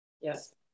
Yes